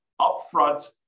upfront